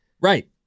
Right